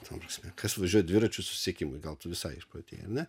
ta prasme kas važiuoja dviračiu susisiekimui gal tu visai išprotėjai ar ne